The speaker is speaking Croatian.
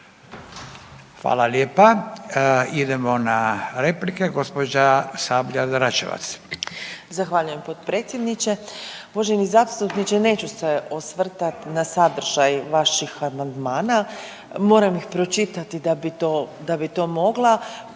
Hvala lijepa. Idemo na replike. Gospođa Sabljar-Dračevac.